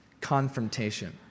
Confrontation